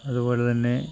അതുപോലെതന്നെ